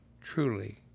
truly